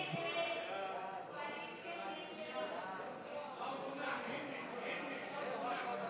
הצעת סיעת הרשימה המשותפת להביע אי-אמון בממשלה